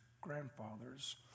grandfathers